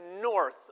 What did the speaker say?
north